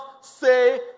say